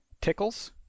tickles